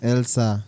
Elsa